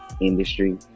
industry